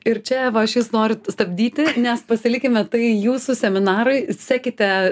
ir čia va aš jus noriu stabdyti nes pasilikime tai jūsų seminarui sekite